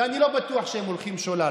אני לא בטוח שהם הולכים שולל.